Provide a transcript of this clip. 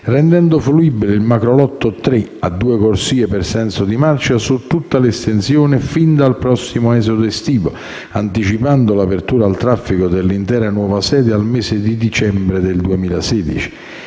rendendo fruibile il macrolotto 3 a due corsie per senso di marcia su tutta l'estensione fin dal prossimo esodo estivo, anticipando l'apertura al traffico dell'intera nuova sede al mese di dicembre 2016.